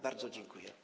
Bardzo dziękuję.